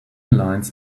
lines